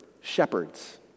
Shepherds